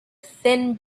thin